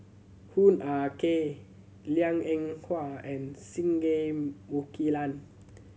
Hoo Ah Kay Liang Eng Hwa and Singai Mukilan